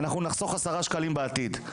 אנחנו נחסוך עשרה שקלים בעתיד,